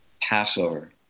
Passover